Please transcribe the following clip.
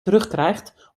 terugkrijgt